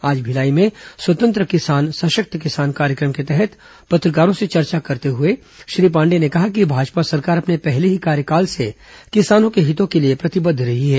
आज भिलाई में स्वतंत्र किसान सशक्त किसान कार्य क्र म के तहत पत्रकारों से चर्चा करते हुए श्री पांडेय ने कहा कि भाजपा सरकार अपने पहले ही कार्यकाल से किसानों के हितों के लिए प्रतिबद्ध रही है